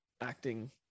acting